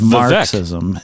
marxism